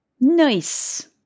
Nice